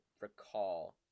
recall